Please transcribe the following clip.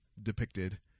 depicted